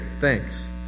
thanks